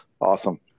Awesome